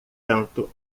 tanto